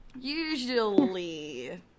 usually